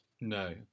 No